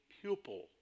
pupil